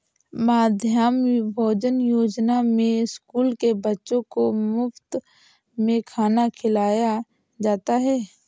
मध्याह्न भोजन योजना में स्कूल के बच्चों को मुफत में खाना खिलाया जाता है